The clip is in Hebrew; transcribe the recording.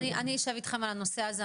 אני אשב איתכם על הנושא הזה,